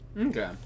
Okay